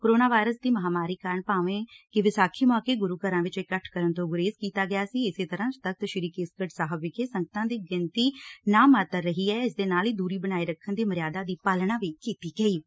corona virus ਦੀ ਮਹਾਂਮਾਰੀ ਕਾਰਨ ਭਾਵੇਂ ਕਿ ਵਿਸਾਖੀ ਮੌਕੇ ਗੁਰੁ ਘਰਾਂ ਵਿੱਚ ਇਕੱਠ ਕਰਨ ਤੋਂ ਗੁਰੇਜ਼ ਕੀਤਾ ਗਿਆ ਸੀ ਇਸੇ ਤਰਾਂ ਤਖ਼ਤ ਸ੍ਰੀ ਕੇਸਗੜ੍ਹ ਸਾਹਿਬ ਵਿਖੇ ਸੰਗਤਾਂ ਦੀ ਗਿਣਤੀ ਨਾਂਮਾਤਰ ਰਹੀ ਐ ਅਤੇ ਨਾਲ ਹੀ ਦੁਰੀ ਬਣਾਏ ਰੱਖਣ ਦੀ ਮਰਿਆਦਾ ਦੀ ਪਾਲਣਾ ਕੀਤੀ ਗਈ ਐ